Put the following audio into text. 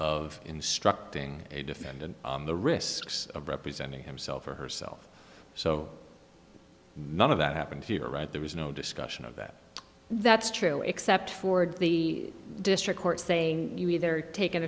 of instructing a defendant the risks of representing himself or herself so none of that happened here right there was no discussion of that that's true except for the district court saying you either take an